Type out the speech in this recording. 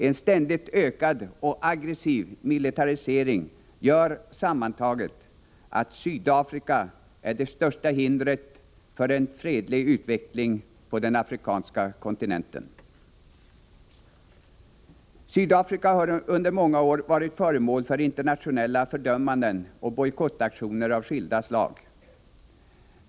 En ständigt ökad och aggressiv militarisering gör sammantaget att Sydafrika är det största hindret för en fredlig utveckling på den afrikanska kontinenten. Sydafrika har under många år varit föremål för internationella fördömanden och bojkottaktioner av skilda slag.